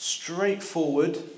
Straightforward